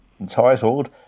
entitled